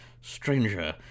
Stranger